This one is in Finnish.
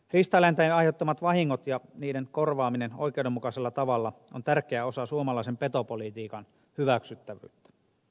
riistaeläinten aiheuttamat vahingot ja niiden korvaaminen oikeudenmukaisella tavalla on tärkeä osa suomalaisen petopolitiikan hyväksyttävyyttä